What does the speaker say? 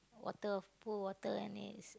water of pool water and he's